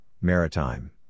Maritime